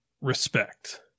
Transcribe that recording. respect